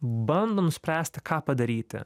bando nuspręsti ką padaryti